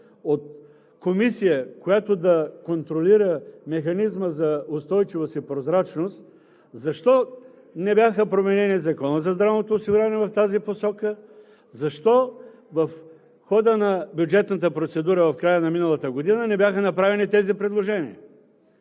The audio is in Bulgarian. от Комисия, която да контролира механизма за устойчивост и прозрачност, защо не беше променен Законът за здравното осигуряване в тази посока? Защо в хода на бюджетната процедура в края на миналата година не бяха направени тези предложения?